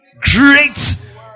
great